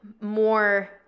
more